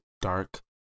dark